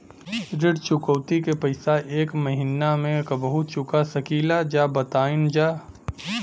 ऋण चुकौती के पैसा एक महिना मे कबहू चुका सकीला जा बताईन जा?